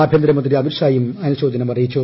ആഭ്യന്തരമന്ത്രി അമിത് ഷായും അന്നുശോചനം അറിയിച്ചു